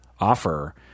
offer